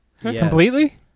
Completely